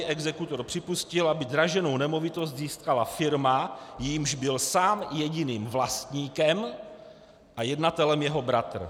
Exekutor připustil, aby draženou nemovitost získala firma, jejímž byl sám jediným vlastníkem a jednatelem jeho bratr.